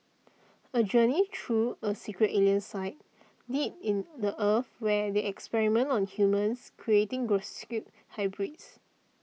a journey through a secret alien site deep in the Earth where they experiment on humans creating hybrids